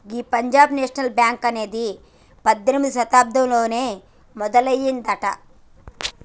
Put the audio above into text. గీ Punjab national bank అనేది పద్దెనిమిదవ శతాబ్దంలోనే మొదలయ్యిందట